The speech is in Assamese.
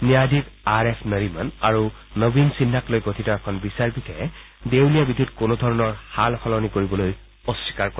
ন্যায়াধীশ আৰ এফ নৰিমন আৰু নৱীন সিনহাক লৈ গঠিত এখন বিচাৰপীঠে দেউলীয়া বিধিত কোনো ধৰণৰ সাস সলনি কৰিবলৈ অস্বীকাৰ কৰে